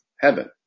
heaven